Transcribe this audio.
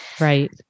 Right